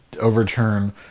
overturn